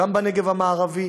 גם בנגב המערבי,